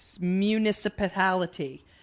municipality